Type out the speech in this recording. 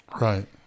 Right